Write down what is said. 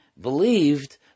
believed